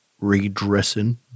redressing